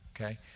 okay